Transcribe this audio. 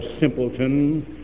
simpleton